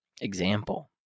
example